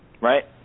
right